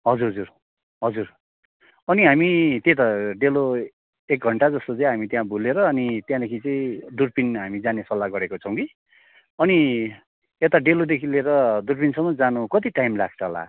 हजुर हजुर हजुर अनि हामी त्यही त डेलो एक घन्टा जस्तो चाहिँ हामी त्यहाँ भुलेर अनि त्यहाँदेखि चाहिँ दुर्पिन हामी जाने सल्लाह गरेका छौँ कि अनि यता डेलोदेखि लिएर दुर्पिनसम्म जानु कति टाइम लाग्छ होला